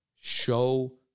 Show